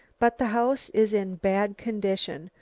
but the house is in bad condition,